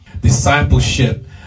Discipleship